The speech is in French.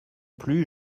plus